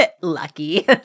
lucky